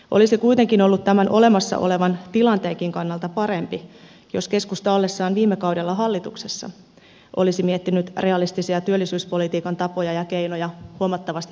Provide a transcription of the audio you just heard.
olisi kuitenkin ollut tämän olemassa olevan tilanteenkin kannalta parempi jos keskusta ollessaan viime kaudella hallituksessa olisi miettinyt realistisia työllisyyspolitiikan tapoja ja keinoja huomattavasti paljon laajemmin